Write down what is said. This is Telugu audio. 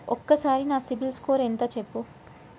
ఒక్కసారి నా సిబిల్ స్కోర్ ఎంత చెప్పు?